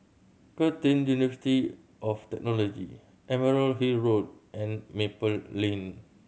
Curtin University of Technology Emerald Hill Road and Maple Lane